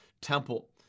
Temple